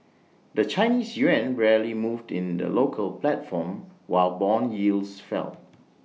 the Chinese Yuan barely moved in the local platform while Bond yields fell